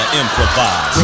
improvise